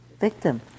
victim